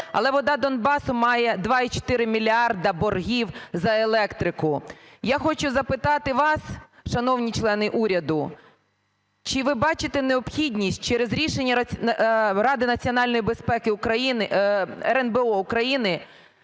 але "Вода Донбасу" має 2,4 мільярда боргів за електрику. Я хочу запитати вас, шановні члени уряду, чи ви бачите необхідність через рішення Ради національної безпеки України,